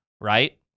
right